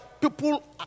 people